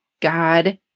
God